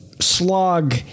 slog